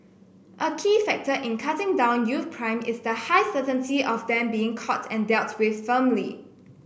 a key factor in cutting down youth crime is the high certainty of them being caught and dealt with firmly